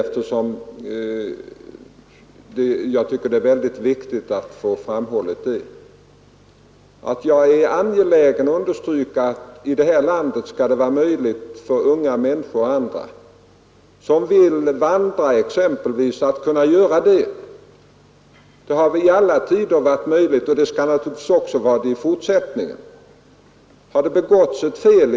Eftersom jag tycker det är viktigt att inga missförstånd uppstår vill jag emellertid understryka att det är mycket angeläget att det skall vara möjligt för turisten att t.ex. vandra i vårt land. Det har man kunnat göra i alla tider, och det skall naturligtvis vara på det sättet också i fortsättningen.